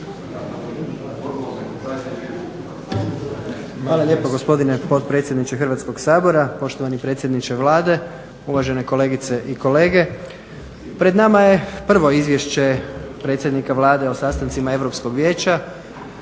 Hvala lijepa gospodine potpredsjedniče Hrvatskoga sabor, poštovani predsjedniče Vlade, uvažene kolegice i kolege. Pred nama je prvo Izvješće predsjednika Vlade o sastancima Europskog vijeća